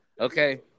Okay